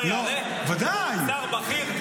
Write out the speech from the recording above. --- שר יעלה, ושר בכיר?